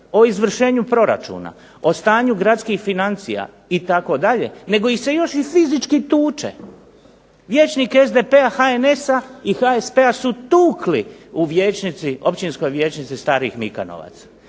o izvršenju proračuna o stanju gradskih financija itd., nego ih se još fizički tuče. Vijećnik SDP-a, HNS-a i HSP-a su tukli u Općinskoj vijećnici Starih Mikanovaca,